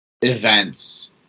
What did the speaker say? events